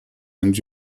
and